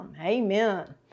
Amen